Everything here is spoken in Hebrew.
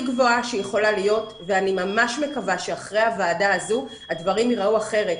גבוהה שיכולה להיות ואני ממש מקווה שאחרי הוועדה הזו הדברים ייראו אחרת.